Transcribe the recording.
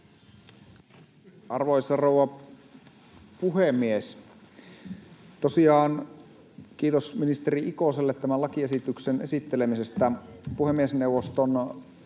Arvoisa rouva puhemies! Tosiaan kiitos ministeri Ikoselle tämän lakiesityksen esittelemisestä. Puhemiesneuvoston